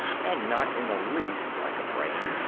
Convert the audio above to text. and not in the least like a brain.